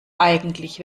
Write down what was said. eigentlich